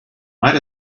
might